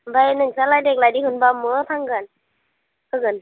ओमफ्राय नोंसालाय देग्लाय दिहुनबा बहा थांगोन होगोन